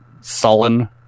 sullen